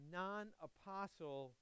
non-apostle